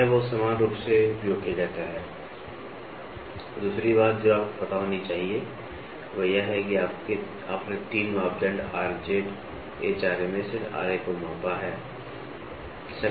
तो यह बहुत सामान्य रूप से उपयोग किया जाता है और दूसरी बात जो आपको पता होनी चाहिए वह यह है कि आपने तीन मापदण्ड Rz and Ra को मापा है